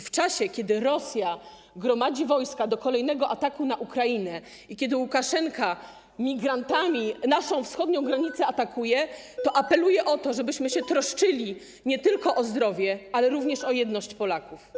W czasie, kiedy Rosja gromadzi wojska do kolejnego ataku na Ukrainę i kiedy Łukaszenka atakuje migrantami naszą wschodnią granicę, apeluję o to, żebyśmy troszczyli się nie tylko o zdrowie, ale również o jedność Polaków.